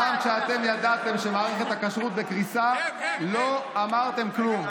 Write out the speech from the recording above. גם כשאתם ידעתם שמערכת הכשרות בקריסה לא אמרתם כלום.